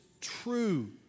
true